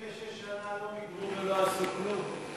כבר 66 שנה לא מיגרו ולא עשו כלום.